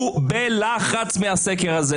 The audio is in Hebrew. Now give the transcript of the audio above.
הוא בלחץ מהסקר הזה.